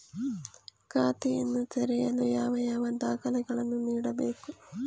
ಖಾತೆಯನ್ನು ತೆರೆಯಲು ಯಾವ ಯಾವ ದಾಖಲೆಗಳನ್ನು ನೀಡಬೇಕು?